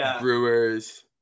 Brewers